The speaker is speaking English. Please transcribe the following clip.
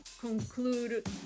conclude